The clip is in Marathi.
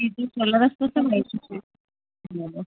तिचं ठरलेलं असतं ते माहिती